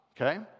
okay